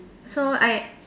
so I